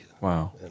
Wow